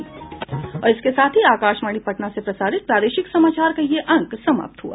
इसके साथ ही आकाशवाणी पटना से प्रसारित प्रादेशिक समाचार का ये अंक समाप्त हुआ